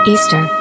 Easter